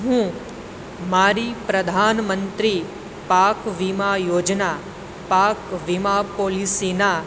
હું મારી પ્રધાનમંત્રી પાક વીમા યોજના પાક વીમા પૉલિસીના